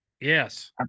yes